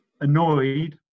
annoyed